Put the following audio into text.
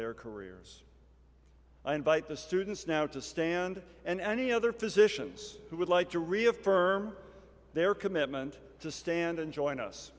their careers i invite the students now to stand and any other physicians who would like to reaffirm their commitment to stand and join us